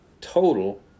total